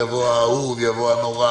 יבוא "ההוא" ויבוא "הנורא",